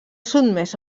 sotmès